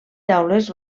taules